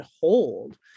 hold